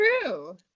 true